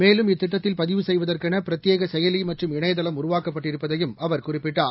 மேலும் இத்திட்டத்தில் பதிவு சுசுய்வதற்கென பிரத்யேக சுயலி மற்றம் இணையதளம் உருவாக்கப்பட்டிருப்பதையும் அவர் குறிப்பிட்டார்